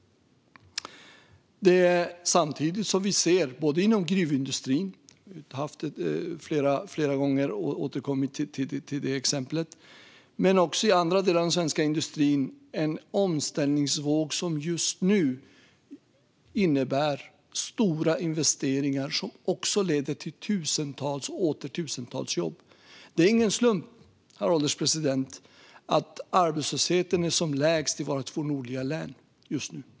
Vi ser samtidigt, både i gruvindustrin - ett exempel som vi har haft flera gånger och återkommit till - och i andra delar av den svenska industrin, en omställningsvåg som just nu innebär stora investeringar som leder till tusentals och åter tusentals jobb. Det är ingen slump, herr ålderspresident, att arbetslösheten är som lägst i våra två nordliga län just nu.